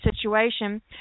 situation